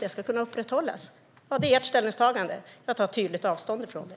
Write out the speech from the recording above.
Det är ert ställningstagande; jag tar tydligt avstånd från det.